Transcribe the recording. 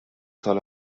tal